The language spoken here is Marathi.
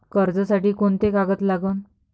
कर्जसाठी कोंते कागद लागन?